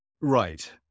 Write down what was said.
Right